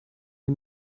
die